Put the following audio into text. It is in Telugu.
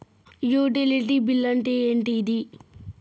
యుటిలిటీ బిల్ అంటే ఏంటిది?